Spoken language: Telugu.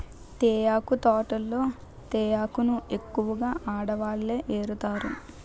తేయాకు తోటల్లో తేయాకును ఎక్కువగా ఆడవాళ్ళే ఏరుతారు